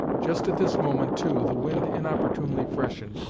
just at this moment, too, the wind inopportunely freshened,